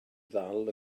ddal